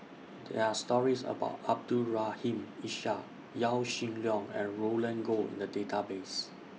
There Are stories about Abdul Rahim Ishak Yaw Shin Leong and Roland Goh in The Database